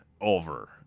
over